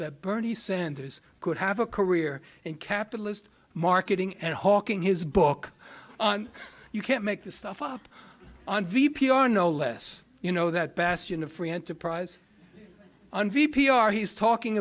that bernie sanders could have a career in capitalist marketing and hawking his book on you can't make this stuff up on v p or no less you know that bastion of free enterprise and v p r he's talking